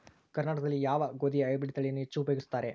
ಕರ್ನಾಟಕದಲ್ಲಿ ಯಾವ ಗೋಧಿಯ ಹೈಬ್ರಿಡ್ ತಳಿಯನ್ನು ಹೆಚ್ಚು ಉಪಯೋಗಿಸುತ್ತಾರೆ?